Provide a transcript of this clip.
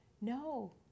no